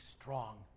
strong